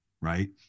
right